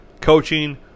coaching